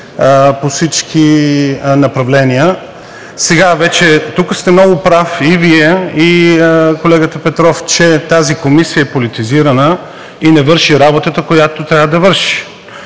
по всички направления. Сега вече тук сте много прав и Вие, и колегата Петров, че тази комисия е политизирана и не върши работата, която трябва да върши.